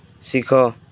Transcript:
ଶିଖ